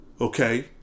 Okay